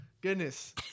Goodness